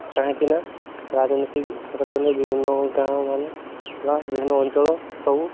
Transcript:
କାହିଁକିନା ରାଜନୈତିକ କ୍ଷେତ୍ର କଲେ ବିଭିନ୍ନ ଗାଁ ମାନେ ବା ବିଭିନ୍ନ ଅଞ୍ଚଳ ସବୁ